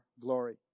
glory